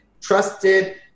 trusted